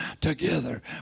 together